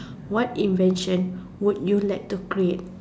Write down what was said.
what invention would you like to create